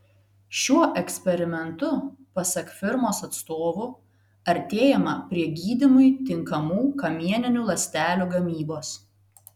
šiuo eksperimentu pasak firmos atstovų artėjama prie gydymui tinkamų kamieninių ląstelių gamybos